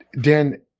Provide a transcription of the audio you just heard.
Dan